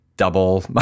double